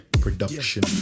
Production